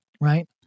right